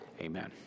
Amen